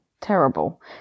terrible